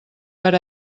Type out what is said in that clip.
per